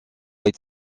high